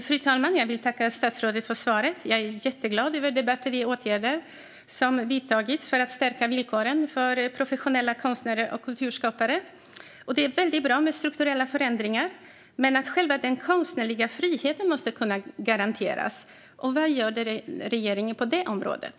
Fru talman! Jag vill tacka statsrådet för svaret. Jag är jätteglad över det batteri av åtgärder som vidtagits för att stärka villkoren för professionella konstnärer och kulturskapare. Det är bra med strukturella förändringar. Men själva den konstnärliga friheten måste kunna garanteras. Vad gör regeringen på det området?